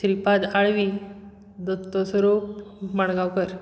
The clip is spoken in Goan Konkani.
श्रीपाद आळवी दत्तस्वरुप मडगांवकार